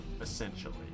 essentially